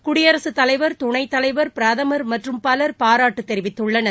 குடியரசுத் தலைவர் துணைத்தலைவர் பிரதமர் மற்றும் பலர் பாராட்டு தெரிவித்துள்ளார்கள்